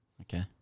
Okay